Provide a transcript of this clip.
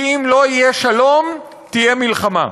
כי אם לא יהיה שלום, תהיה מלחמה.